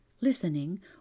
listening